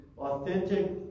authentic